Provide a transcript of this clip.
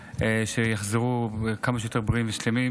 שיחזרו כמה שיותר בריאים ושלמים,